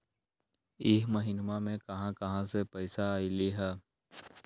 इह महिनमा मे कहा कहा से पैसा आईल ह?